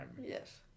Yes